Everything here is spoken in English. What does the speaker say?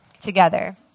together